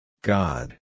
God